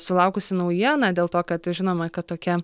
sulaukusi naujiena dėl to kad žinoma kad tokia